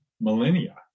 millennia